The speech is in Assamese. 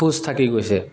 খোজ থাকি গৈছে